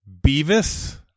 Beavis